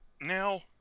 now